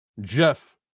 Jeff